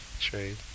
trade